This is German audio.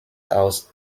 aus